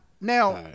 now